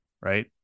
right